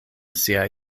siaj